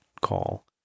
call